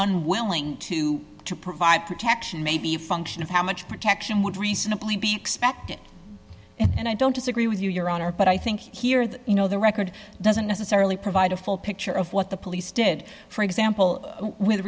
unwilling to provide protection may be a function of how much protection would reasonably be expected and i don't disagree with you your honor but i think here that you know the record doesn't necessarily provide a full picture of what the police did for example with